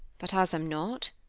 but, as i am not,